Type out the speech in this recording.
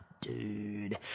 dude